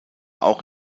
auch